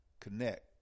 connect